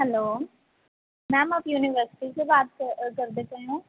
hello ma'am ਆਪ university ਸੇ ਬਾਤ ਕ ਕਰਦੇ ਪਏ ਹੋ